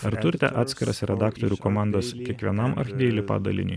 ar turite atskiras redaktorių komandas kiekvienam archdeili padaliniui